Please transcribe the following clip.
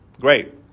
Great